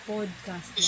Podcast